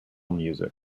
music